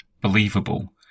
believable